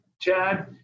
Chad